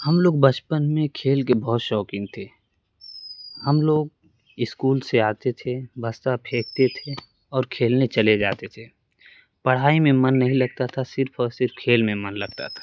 ہم لوگ بچپن میں کھیل کے بہت شوقین تھے ہم لوگ اسکول سے آتے تھے بستہ پھینکتے تھے اور کھیلنے چلے جاتے تھے پڑھائی میں من نہیں لگتا تھا صرف اور صرف کھیل میں من لگتا تھا